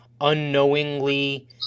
unknowingly